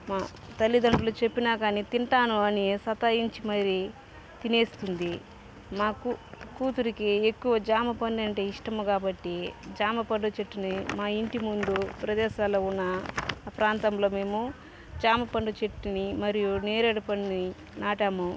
మా తల్లిదండ్రులు చెప్పినా గాని తింటాను అని సతాయించి మరి తినేస్తుంది మాకు కూతురికి ఎక్కువ జామపండు అంటే ఇష్టము కాబట్టి జామపండు చెట్టుని మా ఇంటి ముందు ప్రదేశాల్లో ఉన్న ఆ ప్రాంతంలో మేము జామ పండు చెట్టును మరియు నేరేడు పండుని నాటాము